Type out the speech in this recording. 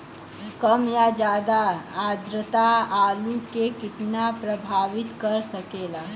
कम या ज्यादा आद्रता आलू के कितना प्रभावित कर सकेला?